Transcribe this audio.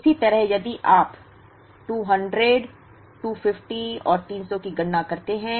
इसी तरह यदि आप 200 250 और 300 की गणना करते हैं